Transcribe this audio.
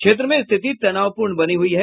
क्षेत्र में स्थिति तनावपूर्ण बनी हुई है